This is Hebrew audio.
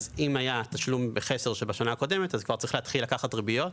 אז אם היה תשלום בחסר בשנה הקודמת כבר צריך להתחיל לקחת ריביות.